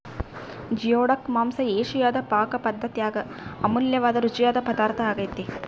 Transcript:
geoduck ಮಾಂಸ ಏಷಿಯಾದ ಪಾಕಪದ್ದತ್ಯಾಗ ಅಮೂಲ್ಯವಾದ ರುಚಿಯಾದ ಪದಾರ್ಥ ಆಗ್ಯೆತೆ